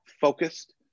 focused